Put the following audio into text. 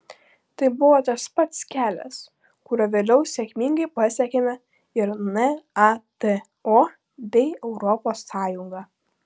tai buvo tas pats kelias kuriuo vėliau sėkmingai pasiekėme ir nato bei europos sąjungą